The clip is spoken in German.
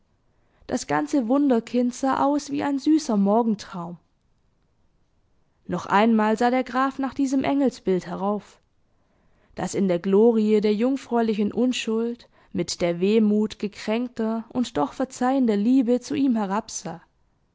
hatten das ganze wunderkind sah aus wie ein süßer morgentraum noch einmal sah der graf nach diesem engelsbild herauf das in der glorie der jungfräulichen unschuld mit der wehmut gekränkter und doch verzeihender liebe zu ihm